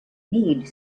mead